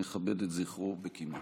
נכבד את זכרו בקימה.